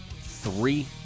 three